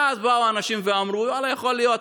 ואז באו אנשים ואמרו: יכול להיות,